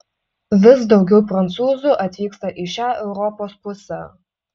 vis daugiau prancūzų atvyksta į šią europos pusę